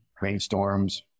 rainstorms